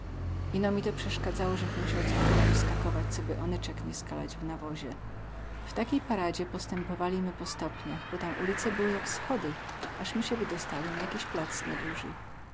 ino mi to przeskadzało zech musiał co chwila uskakować coby onycek nie skalać w nawozie w takiej paradzie postępowalimy po stopniach bo tam ulice były jak schody az my sie wydostali na jakiś plac nieduzy tu